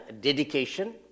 dedication